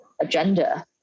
agenda